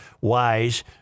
wise